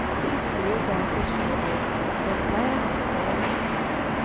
he threw back his shoulders and laughed a boyish laugh.